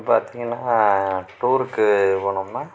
இப்போ பார்த்திங்கன்னா டூருக்கு போனோம்னா